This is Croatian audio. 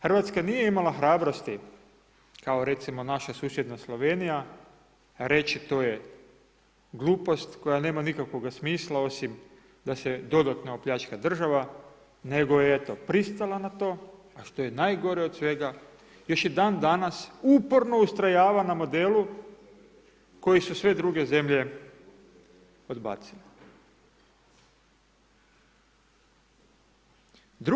Hrvatska nije imala hrabrosti, kao recimo naša susjedna Slovenija, reći to je glupost koja nema nikakvoga smisla osim da se dodatno opljačka država, nego eto, pristala na to, a što je najgore od svega, još i dan danas uporno ustrojava na modelu koji su sve druge zemlje odbacile.